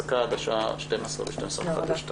הישיבה ננעלה בשעה 11:49.